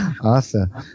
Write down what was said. Awesome